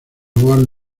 warner